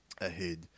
ahead